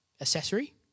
accessory